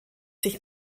sich